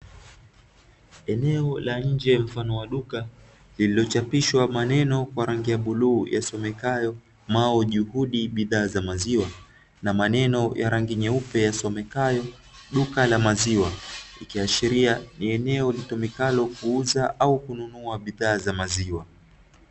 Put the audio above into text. Eneo la nje mfano wa duka lililochapishwa maneno kwa rangi ya bluu yasomekayo "MAU JUHUDI BIDHAA ZA MAZIWA" na maneno ya rangi nyeupe yasomekayo "DUKA LA MAZIWA", ikiasharia ni eneo litumikalo kuuza au kununua bidhaa za maziwa.